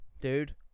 dude